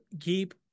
keep